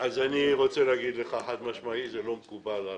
אז אני רוצה לומר לך שחד-משמעית זה לא מקובל על